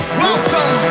welcome